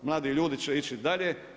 Mladi ljudi će ići dalje.